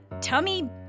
tummy